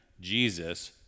Jesus